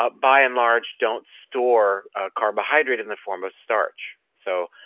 but by and large don't store carbohydrate in the form of starch. so